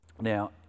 Now